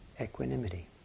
equanimity